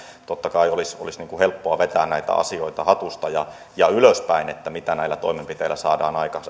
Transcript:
totta kai olisi olisi helppoa vetää näitä asioita hatusta ja ylöspäin mitä näillä toimenpiteillä saadaan